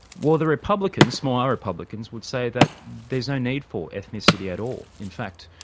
well, the republicans, small r republicans, would say that there's no need for ethnicity at all. in fact,